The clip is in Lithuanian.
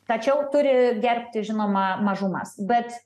tačiau turi gerbti žinoma mažumas bet